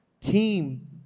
Team